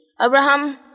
Abraham